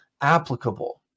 applicable